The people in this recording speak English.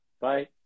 bye